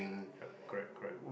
ya correct correct